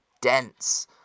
dense